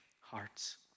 hearts